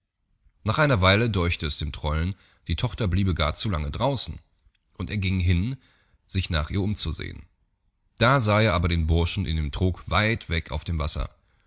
nach einer weile däuchte es dem trollen die tochter bliebe gar zu lange draußen und er ging hin sich nach ihr umzusehen da sah er aber den burschen in dem trog weit weg auf dem wasser